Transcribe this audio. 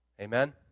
Amen